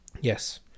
Yes